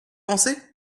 pensez